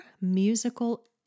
musical